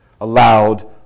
allowed